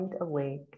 awake